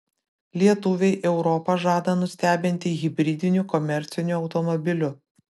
lietuviai europą žada nustebinti hibridiniu komerciniu automobiliu